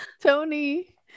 Tony